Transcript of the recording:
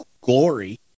glory